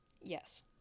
Yes